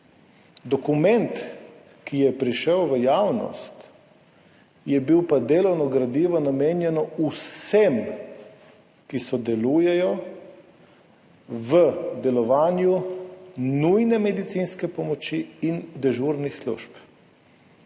Dokument, ki je prišel v javnost, je bil pa delovno gradivo, namenjeno vsem, ki sodelujejo pri delovanju nujne medicinske pomoči in dežurnih služb.